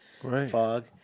fog